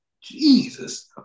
Jesus